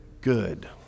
good